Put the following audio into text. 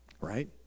right